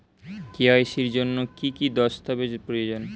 KYC এর জন্যে কি কি দস্তাবেজ প্রয়োজন?